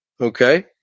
okay